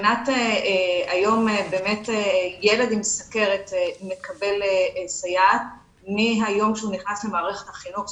היום ילד עם סוכרת מקבלת סייעת מהיום שבו הוא נכנס למערכת החינוך.